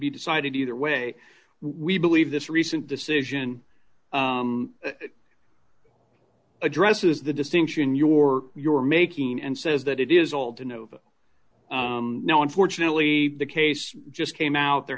be decided either way we believe this recent decision addresses the distinction your you're making and said that it is old and now unfortunately the case just came out there